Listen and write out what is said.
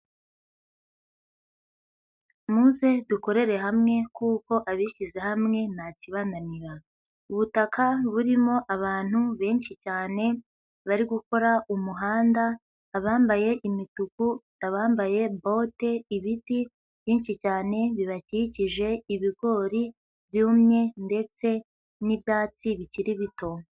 Muze dukorere hamwe kuko abishyize hamwe ntakibananira, ubutaka burimo abantu benshi cyane bari gukora umuhanda, abambaye imituku, abambaye bote, ibiti byinshi cyane bibakikije, ibigori byumye ndetse n'ibyatsi bikiri bito.